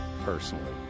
personally